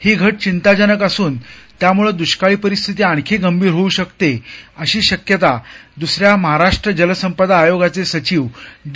ही घट चिंताजनक असून त्यामुळे दुष्काळी परिस्थिती आणखी गंभीर होऊ शकते अशी शक्यता दुसऱ्या महाराष्ट्र जलसंपदा आयोगाचे सचिव डी